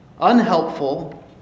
unhelpful